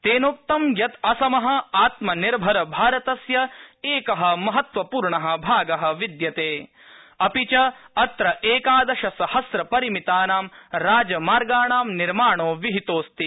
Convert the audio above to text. तेनोक्तं यत् असम आत्मनिर्भर भारतस्य एक महत्वपूर्ण भाग विद्यते तथा च अत्र एकादशसहस्र परिमितानां राजमार्गाणां निर्माणो विहितोस्ति